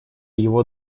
его